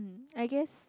I guess